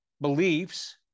beliefs